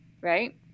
right